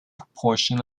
proportion